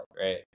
right